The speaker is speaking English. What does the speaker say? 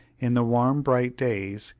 in the warm bright days,